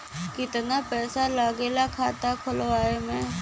कितना पैसा लागेला खाता खोलवावे में?